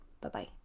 Bye-bye